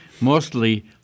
mostly